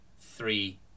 three